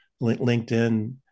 LinkedIn